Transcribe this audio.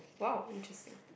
!wow! interesting